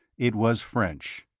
it was french.